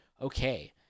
Okay